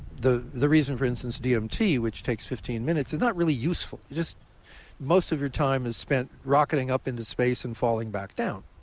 the the reason for instance dmt, which takes fifteen minutes, is not really useful. it's just most of your time is spent rocketing up into space and falling back down.